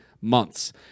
months